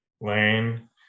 Lane